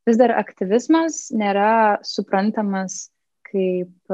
vis dar aktyvizmas nėra suprantamas kaip